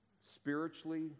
spiritually